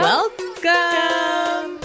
Welcome